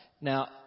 Now